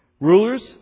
rulers